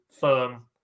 firm